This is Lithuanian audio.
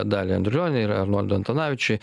daliai andriulionienei ir arnoldui antanavičiui